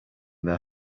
their